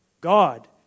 God